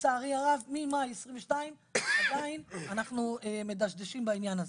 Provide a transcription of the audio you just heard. לצערי הרב ממאי 2022 עדיין אנחנו מדשדשים בעניין הזה.